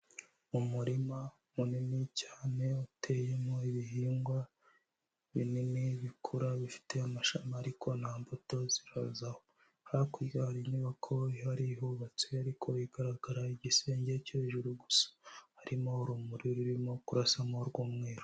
Umurima munini cyane uteyemo ibihingwa binini bikura bifite amashami ariko nta mbuto zirazaho. Hakurya hari inyubako ihari ihubatse ariko igaragara igisenge cyo hejuru gusa. Harimo urumuri rurimo kurasamo rw'umweru.